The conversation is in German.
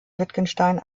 wittgenstein